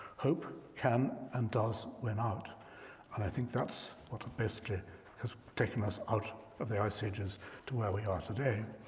hope can and does win out. and i think that's what basically has taken us out of the ice ages to where we are today.